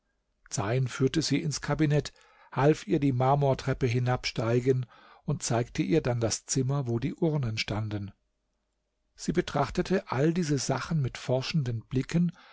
zeyn führte sie ins kabinett half ihr die marmortreppe hinabsteigen und zeigte ihr dann das zimmer wo die urnen standen sie betrachtete all diese sachen mit forschenden blicken